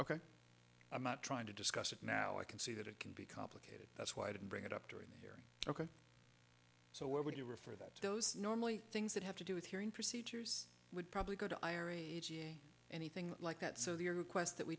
ok i'm not trying to discuss it now i can see that it can be complicated that's why i didn't bring it up during here ok so would you prefer that those normally things that have to do with hearing procedures would probably go to irene anything like that so your request that we